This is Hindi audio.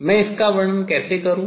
मैं इसका वर्णन कैसे करूं